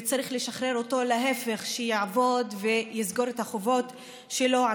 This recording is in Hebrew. וצריך לשחרר אותו שיעבוד ויסגור את החובות שלו על